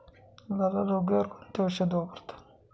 लाल्या रोगावर कोणते औषध वापरतात?